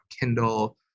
Kindle